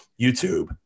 YouTube